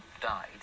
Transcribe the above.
died